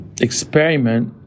experiment